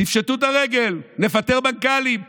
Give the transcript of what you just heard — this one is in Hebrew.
תפשטו את הרגל, נפטר מנכ"לים.